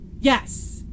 Yes